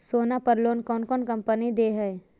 सोना पर लोन कौन कौन कंपनी दे है?